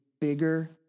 bigger